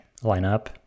lineup